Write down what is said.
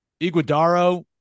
Iguodaro